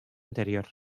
anterior